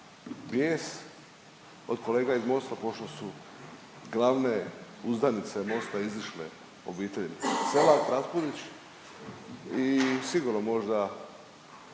vijest od kolega iz Mosta pošto su glavne uzdanice Mosta izišle obitelji Selak-Raspudić i sigurno možda